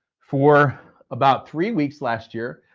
for about three weeks last year,